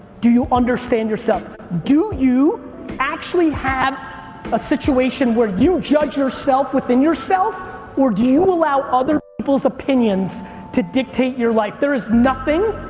do you understand yourself? do you actually have a situation where you judge yourself within yourself? or do you allow other people's opinions to dictate your life? there is nothing,